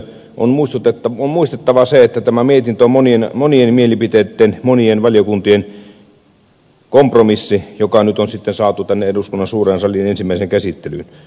on muistettava se että tämä mietintö on monien mielipiteitten monien valiokuntien kompromissi joka nyt on sitten saatu tänne eduskunnan suureen saliin ensimmäiseen käsittelyyn